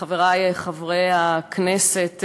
חברי חברי הכנסת,